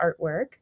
artwork